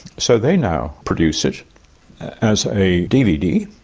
so they now produce it as a dvd,